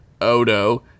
Odo